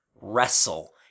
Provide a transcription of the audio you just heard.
wrestle